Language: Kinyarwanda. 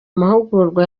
mahugurwa